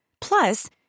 Plus